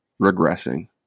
regressing